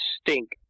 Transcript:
stink